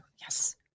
yes